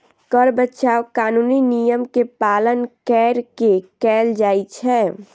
कर बचाव कानूनी नियम के पालन कैर के कैल जाइ छै